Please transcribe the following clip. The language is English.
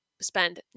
spend